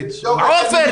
עופר,